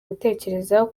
gutekerezaho